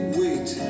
wait